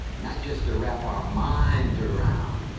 not just to wrap our minds around